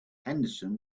henderson